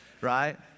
right